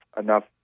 enough